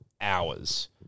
hours